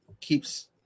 keeps